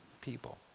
people